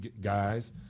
guys